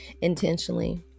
intentionally